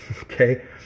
Okay